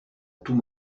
tout